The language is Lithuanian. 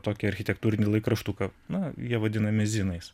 tokį architektūrinį laikraštuką na jie vadinami zinais